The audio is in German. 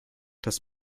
das